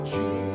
Jesus